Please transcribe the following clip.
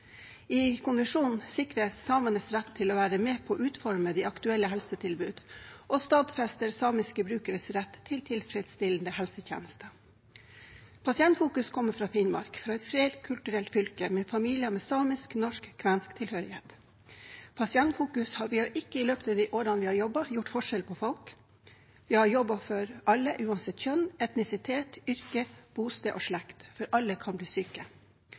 Konvensjonen sikrer samenes rett til å være med på å utforme de aktuelle helsetilbudene og stadfester samiske brukeres rett til tilfredsstillende helsetjenester. Pasientfokus kommer fra Finnmark, et flerkulturelt fylke med familier med samisk, norsk og kvensk tilhørighet. Vi har ikke i løpet av de årene vi har jobbet, gjort forskjell på folk. Vi har jobbet for alle, uansett kjønn, etnisitet, yrke, bosted og slekt, for alle kan bli syke.